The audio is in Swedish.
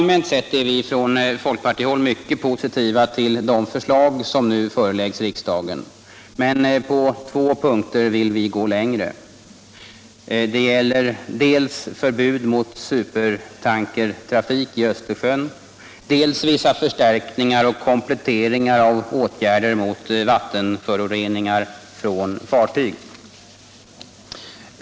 Allmänt sett är vi från folkpartihåll mycket positiva till de förslag som nu föreläggs riksdagen, men på två punkter vill vi gå längre. Det gäller dels förbud mot supertankertrafik i Östersjön, dels vissa förstärkningar och kompletteringar av åtgärder mot vattenföroreningar från fartyg.